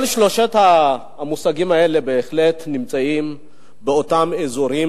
כל שלושת המושגים האלה בהחלט נמצאים באותם אזורים,